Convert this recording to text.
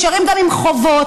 נשארים גם עם חובות.